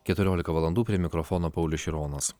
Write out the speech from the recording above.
keturiolika valandų prie mikrofono paulius šironas